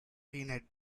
peanut